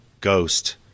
ghost